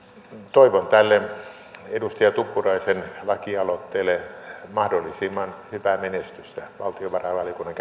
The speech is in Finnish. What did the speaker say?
toivon tälle edustaja tuppuraisen lakialoitteelle mahdollisimman hyvää menestystä valtiovarainvaliokunnan